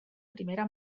primera